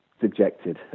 dejected